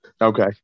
okay